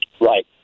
Right